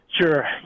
Sure